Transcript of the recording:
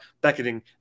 beckoning